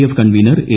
F convener A